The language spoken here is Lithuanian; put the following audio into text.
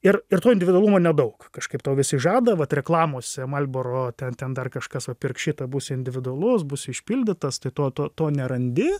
ir ir to individualumo nedaug kažkaip tau visi žada vat reklamose marlboro ten ten dar kažkas va pirk šitą būsi individualus būsi išpildytas tai to to to nerandi